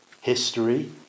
history